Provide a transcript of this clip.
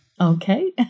Okay